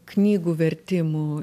knygų vertimų